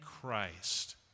Christ